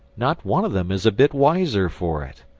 not one of them is a bit wiser for it.